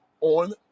on